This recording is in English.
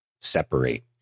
separate